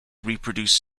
reproduce